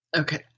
Okay